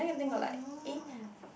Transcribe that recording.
oh no